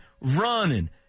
running